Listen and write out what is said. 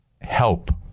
help